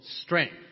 strength